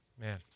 man